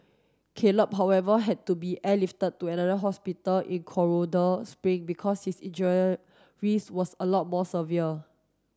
Caleb however had to be airlifted to another hospital in Colorado Spring because his injuries was a lot more severe